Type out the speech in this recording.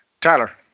Tyler